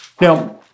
Now